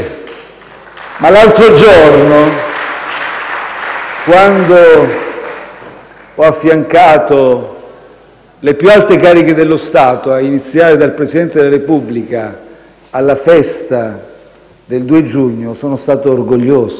Ma qualche giorno fa, quando ho affiancato le più alte cariche dello Stato a cominciare dal Presidente della Repubblica, alla festa del 2 giugno, sono stato orgoglioso